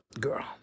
girl